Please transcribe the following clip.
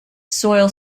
soil